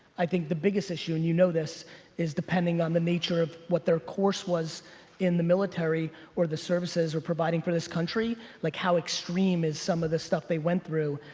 i think the biggest issue and you know this is depending on the nature of what their course was in the military where the services we're providing for this country like how extreme is some of the stuff they went through.